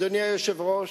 אדוני היושב-ראש,